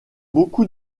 beaucoup